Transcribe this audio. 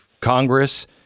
Congress